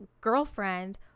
girlfriend